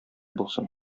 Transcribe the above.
булсын